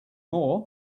more